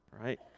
right